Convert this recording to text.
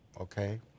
okay